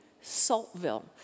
Saltville